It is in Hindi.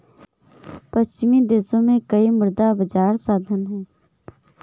पश्चिमी देशों में कई मुद्रा बाजार साधन हैं